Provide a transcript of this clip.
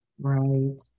Right